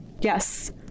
Yes